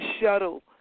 shuttle